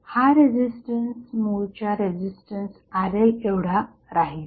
हा रेझिस्टन्स मूळच्या रेझिस्टन्स RLएवढा राहील